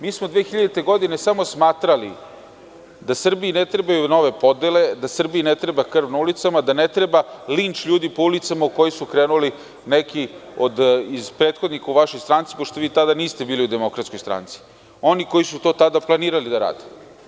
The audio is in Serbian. Mi smo 2000. godine samo smatrali da Srbiji ne trebaju nove podele, da Srbiji ne treba krv na ulicama, da ne treba linč ljudi po ulicama u koji su krenuli neki od prethodnih u vašoj stranci, pošto vi tada niste bili u Demokratskoj stranci, oni koji su to tada planirali da radi.